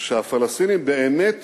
שהפלסטינים באמת